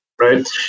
right